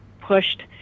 pushed